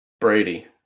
Brady